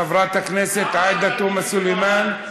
חברת הכנסת עאידה תומא סלימאן.